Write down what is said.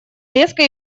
резко